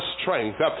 strength